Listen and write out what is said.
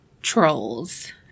Trolls